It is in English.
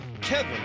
Kevin